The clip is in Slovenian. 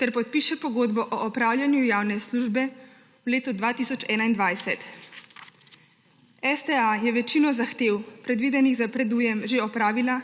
ter podpiše pogodbo o opravljanju javne službe v letu 2021. STA je večino zahtev, predvidenih za predujem, že opravila,